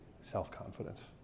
self-confidence